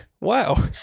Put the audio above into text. Wow